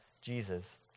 Jesus